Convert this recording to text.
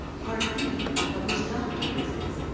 part b covers doctor visits.